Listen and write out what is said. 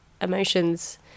emotions